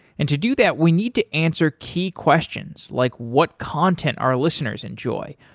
and to do that, we need to answer key questions, like what content our listeners enjoy,